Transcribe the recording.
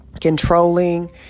controlling